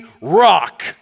rock